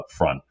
upfront